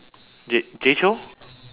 jay jay chou